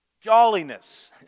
jolliness